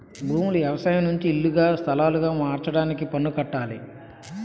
భూములు వ్యవసాయం నుంచి ఇల్లుగా స్థలాలుగా మార్చడానికి పన్ను కట్టాలి